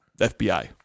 FBI